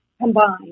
combined